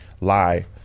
lie